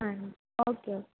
ਹਾਂਜੀ ਓਕੇ ਓ